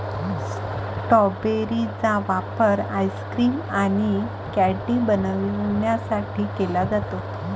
strawberry चा वापर ice cream आणि कँडी बनवण्यासाठी केला जातो